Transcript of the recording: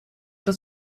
dat